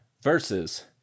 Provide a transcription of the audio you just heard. Versus